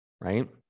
right